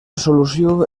solució